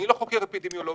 אני לא חוקר אפידמיולוגי.